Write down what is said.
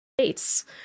states